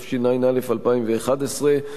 התשע"א 2011,